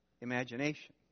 imagination